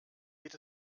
geht